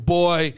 boy